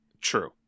True